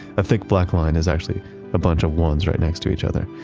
a thick black line is actually a bunch of ones right next to each other.